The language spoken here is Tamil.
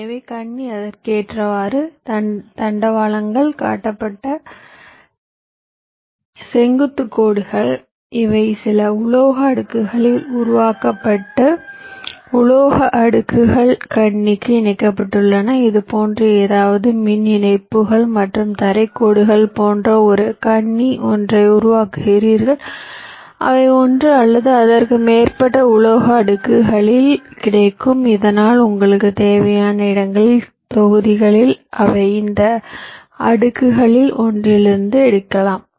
எனவே கண்ணி அதற்கேற்ப தண்டவாளங்கள் காட்டப்பட்ட செங்குத்து கோடுகள் இவை சில உலோக அடுக்குகளில் உருவாக்கப்பட்டு உலோக அடுக்குகள் கண்ணிக்கு இணைக்கப்பட்டுள்ளன இதுபோன்ற ஏதாவது மின் இணைப்புகள் மற்றும் தரை கோடுகள் போன்ற ஒரு கண்ணி ஒன்றை உருவாக்குகிறீர்கள் அவை ஒன்று அல்லது அதற்கு மேற்பட்ட உலோக அடுக்குகளில் கிடைக்கும் இதனால் உங்களுக்கு தேவையான இடங்களில் தொகுதிகளில் அதை இந்த அடுக்குகளில் ஒன்றிலிருந்து எடுக்கலாம்